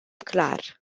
clar